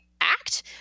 act